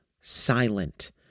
silent